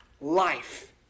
life